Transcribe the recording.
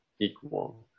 equal